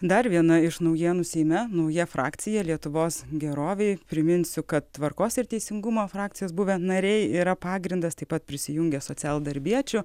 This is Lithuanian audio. dar viena iš naujienų seime nauja frakcija lietuvos gerovei priminsiu kad tvarkos ir teisingumo frakcijos buvę nariai yra pagrindas taip pat prisijungė socialdarbiečių